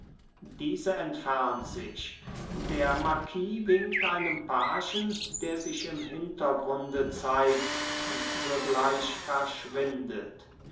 diese entfernt sich der marquis winkt einem pagen der sich im hintergrunde zeigt und sogleich verschwindet